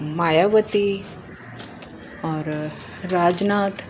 मायावती और राजनाथ